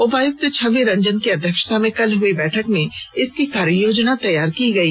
उपायुक्त छवि रंजन की अध्यक्षता में कल हई बैठक में इसकी कार्ययोजना तैयार की गई